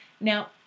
Now